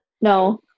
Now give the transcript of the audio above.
No